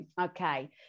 Okay